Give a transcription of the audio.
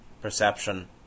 perception